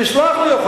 תסלח לי,